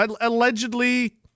Allegedly